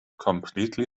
completely